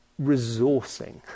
resourcing